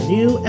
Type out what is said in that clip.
New